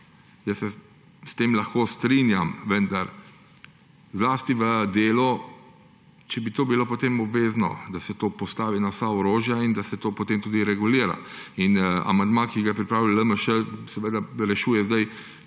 Jaz se s tem lahko strinjam, vendar zlasti v delu, če bi to bilo potem obvezno, da se to postavi na vsa orožja in da se to potem tudi regulira. Amandma, ki ga je pripravil LMŠ, rešuje zdaj